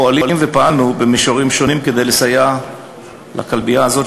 פועלים ופעלנו במישורים שונים כדי לסייע לכלבייה הזאת,